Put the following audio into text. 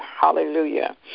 Hallelujah